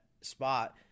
spot